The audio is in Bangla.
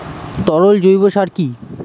তরল জৈব সার কি?